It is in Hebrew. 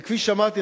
וכפי שאמרתי,